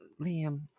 Liam